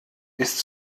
ist